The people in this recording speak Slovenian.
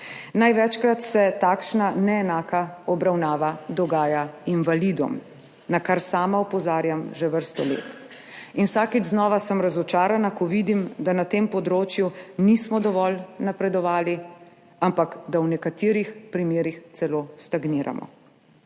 Največkrat se takšna neenaka obravnava dogaja invalidom, na kar sama opozarjam že vrsto let in vsakič znova sem razočarana, ko vidim, da na tem področju nismo dovolj napredovali, ampak da v nekaterih primerih celo stagniramo.